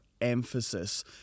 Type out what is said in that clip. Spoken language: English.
emphasis